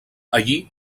allí